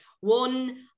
One